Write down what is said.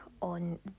on